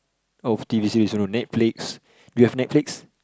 out of t_v series you know Netflix you have Netflix